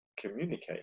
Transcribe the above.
communicate